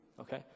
Okay